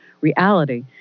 reality